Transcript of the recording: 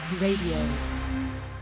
Radio